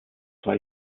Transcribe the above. zwei